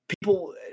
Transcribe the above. people